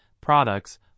products